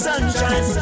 Sunshine